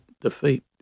defeat